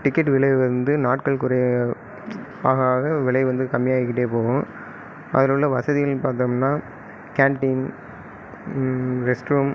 ticket விலை வந்து நாட்கள் குறைய ஆக ஆக விலை வந்து கம்மியாகிட்டே போகும் அதில் உள்ள வசதிகள்னு பார்த்தோம்னா கேன்டீன் ரெஸ்ட் ரூம்